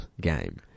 game